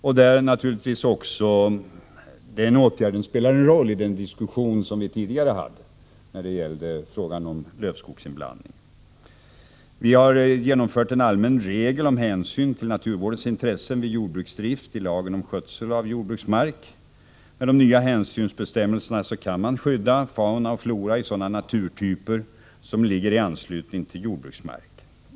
Den åtgärden spelar naturligtvis också en roll i den diskussion vi tidigare hade om lövskogsinblandning. Vi har genomfört en allmän regel om hänsyn till naturvårdens intresse vid jordbruksdrift i lagen om skötsel av jordbruksmark. Med de nya hänsynsbestämmelserna kan man skydda flora och fauna i sådana naturtyper som ligger i anslutning till jordbruksmark.